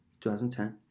2010